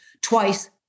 twice